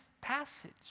passage